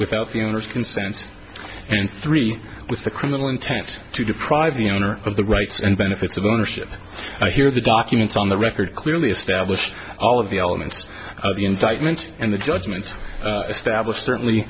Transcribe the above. without the owner's consent and three with a criminal intent to deprive the owner of the rights and benefits of ownership here the documents on the record clearly established all of the elements of the indictment and the judgment established certainly